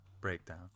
breakdown